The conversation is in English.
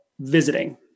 visiting